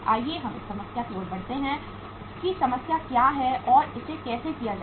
आइए हम इस समस्या की ओर बढ़ते हैं कि समस्या क्या है और इसे कैसे किया जाए